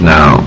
Now